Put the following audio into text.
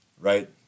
Right